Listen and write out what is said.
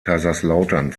kaiserslautern